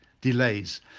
delays